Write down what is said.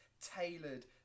tailored